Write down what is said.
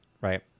right